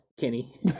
Kenny